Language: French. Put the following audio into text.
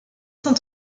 cent